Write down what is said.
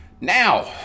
Now